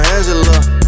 Angela